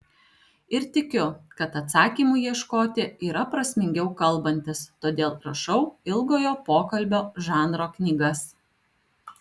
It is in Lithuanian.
ir tikiu kad atsakymų ieškoti yra prasmingiau kalbantis todėl rašau ilgojo pokalbio žanro knygas